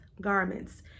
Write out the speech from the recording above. garments